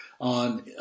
on